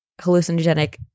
hallucinogenic